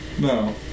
No